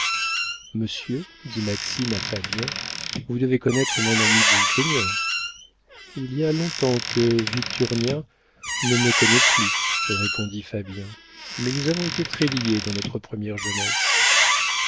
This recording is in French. monsieur dit maxime à fabien vous devez connaître mon ami d'esgrignon il y a longtemps que victurnien ne me connaît plus répondit fabien mais nous avons été très liés dans notre première jeunesse